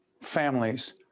families